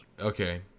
Okay